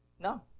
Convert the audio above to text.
No